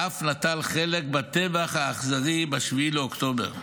ואף נטל חלק בטבח האכזרי ב-7 באוקטובר.